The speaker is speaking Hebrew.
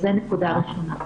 זו נקודה ראשונה.